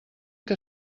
que